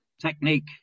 Technique